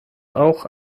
auch